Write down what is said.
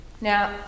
Now